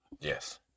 Yes